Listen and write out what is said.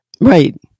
Right